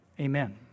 Amen